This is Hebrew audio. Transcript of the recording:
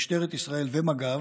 משטרת ישראל ומג"ב,